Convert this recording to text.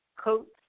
coats